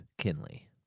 Kinley